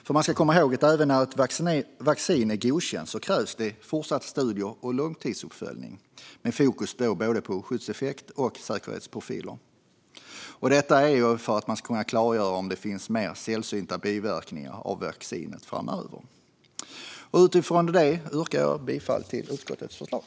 Man ska komma ihåg att även när ett vaccin är godkänt krävs det fortsatta studier och långtidsuppföljning med fokus på både skyddseffekt och säkerhetsprofiler för att man ska kunna klargöra om det finns mer sällsynta biverkningar av vaccinet. Utifrån detta yrkar jag bifall till utskottets förslag.